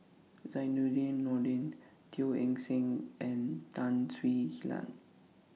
Zainudin Nordin Teo Eng Seng and Tan Swie Hian